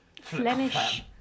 Flemish